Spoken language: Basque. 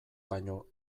baino